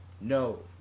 No